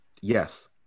Yes